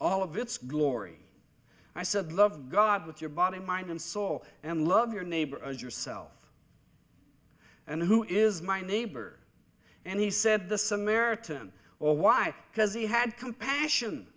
all of its glory i said love god with your body mind and soul and love your neighbor as yourself and who is my neighbor and he said the samaritan or why because he had compassion